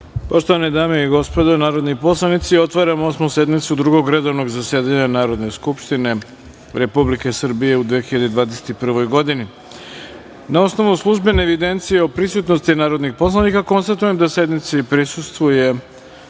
Poštovane dame i gospodo narodni poslanici, otvaram Osmu sednice Drugog redovnog zasedanja Narodne skupštine Republike Srbije u 2021. godini. Na osnovu službene evidencije o prisutnosti narodnih poslanika, konstatujem da sednici prisustvuje